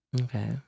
Okay